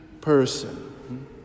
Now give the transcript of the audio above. person